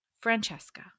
Francesca